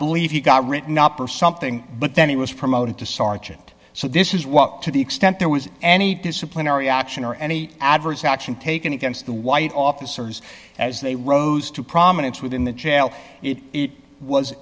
believe he got written up or something but then he was promoted to sergeant so this is what to the extent there was any disciplinary action or any adverse action taken against the white officers as they rose to prominence within the jail it was